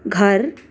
घर